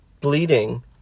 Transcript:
bleeding